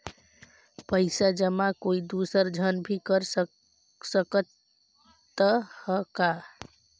पइसा जमा कोई दुसर झन भी कर सकत त ह का?